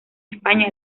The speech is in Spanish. españa